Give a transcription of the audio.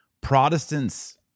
Protestants